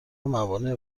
موانع